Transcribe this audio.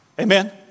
Amen